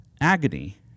agony